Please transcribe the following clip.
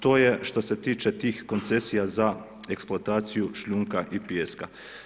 To je što se tiče tih koncesija za eksploataciju šljunka i pijeska.